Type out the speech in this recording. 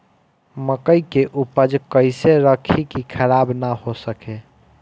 मकई के उपज कइसे रखी की खराब न हो सके?